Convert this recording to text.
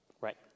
right